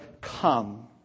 Come